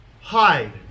hide